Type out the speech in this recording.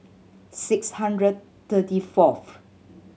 six hundred thirty fourth